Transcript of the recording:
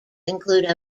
include